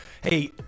Hey